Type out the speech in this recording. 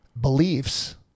beliefs